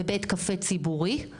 בבית קפה ציבורי,